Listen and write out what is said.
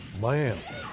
Man